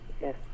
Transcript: Yes